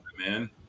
man